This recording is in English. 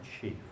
chief